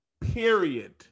period